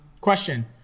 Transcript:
Question